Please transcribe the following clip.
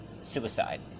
suicide